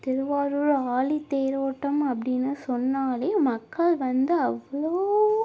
திருவாரூர் ஆழி தேரோட்டம் அப்படின்னு சொன்னாலே மக்கள் வந்து அவ்வளோ